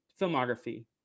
filmography